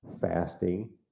fasting